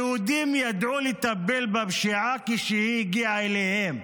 היהודים ידעו לטפל בפשיעה כשהיא הגיעה אליהם,